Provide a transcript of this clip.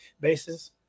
basis